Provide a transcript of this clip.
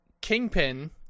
Kingpin